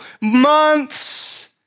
months